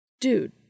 Dude